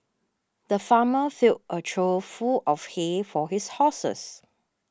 the farmer filled a trough full of hay for his horses